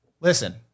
listen